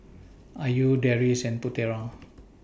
Ayu Deris and Putera